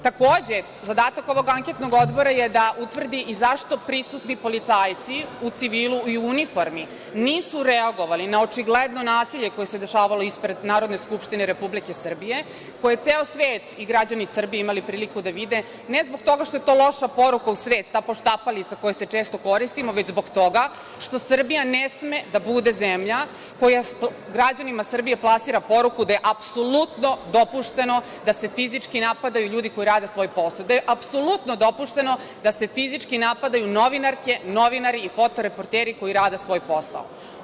Takođe, zadatak ovog anketnog odbora je da utvrdi i zašto prisutni policajci u civili i u uniformi nisu reagovali na očigledno nasilje koje se dešavalo ispred Narodne skupštine Republike Srbije, koji je ceo svet i građani Srbije imali priliku da vide, ne zbog toga što je to loša poruka u svet, ta poštapalica koja se često koristi, već zbog toga što Srbija ne sme da bude zemlja koja građanima Srbije plasira poruku da je apsolutno dopušteno da se fizički napadaju ljudi koji rade svoj posao, gde je apsolutno dopušteno da se fizički napadaju novinarke, novinari i foto-reporteri koji rade svoj posao.